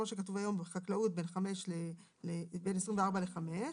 כמו שכתוב היום בחקלאות בין 24:00 ל-5:00.